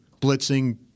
Blitzing